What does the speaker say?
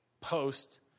post